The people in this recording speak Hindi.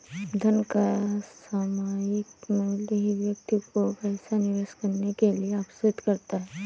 धन का सामायिक मूल्य ही व्यक्ति को पैसा निवेश करने के लिए आर्कषित करता है